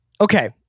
Okay